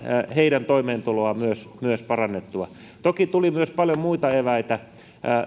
myös heidän toimeentuloaan parannettua toki tuli paljon myös muita eväitä